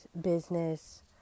Business